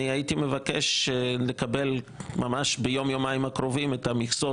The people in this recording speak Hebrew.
הייתי מבקש לקבל ממש ביום יומיים הקרובים את המכסות,